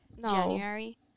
January